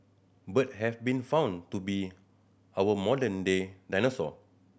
bird have been found to be our modern day dinosaur